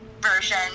version